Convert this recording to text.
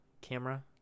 Camera